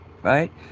right